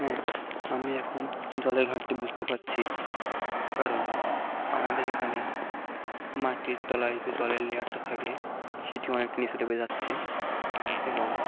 হ্যাঁ আমি এখন জলের ঘাটটি বুঝতে পারছি কারণ আমাদের এখানে মাটির তলায় যে জলের লেয়ারটা থাকে সেটি অনেকটা নিচে নেমে যাচ্ছে এবং